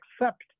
accept